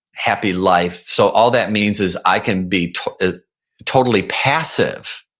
happy life, so all that means is i can be ah totally passive.